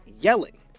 yelling